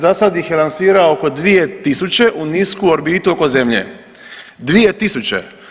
Za sad ih je lansirao oko 2000 u nisku orbitu oko zemlje, 2000.